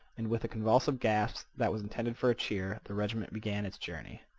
and, with a convulsive gasp that was intended for a cheer, the regiment began its journey.